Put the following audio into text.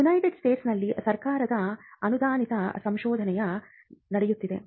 United ಸ್ಟೇಟ್ಸ್ನಲ್ಲಿ ಸರ್ಕಾರದ ಅನುದಾನಿತ ಸಂಶೋಧನೆಯ ನಡೆಯುತ್ತದೆ